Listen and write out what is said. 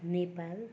Nepal